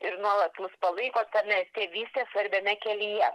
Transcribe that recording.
ir nuolat mus palaiko tame tėvystės svarbiame kelyje